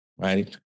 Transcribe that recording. right